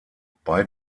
bei